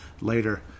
later